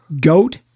goat